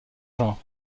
genre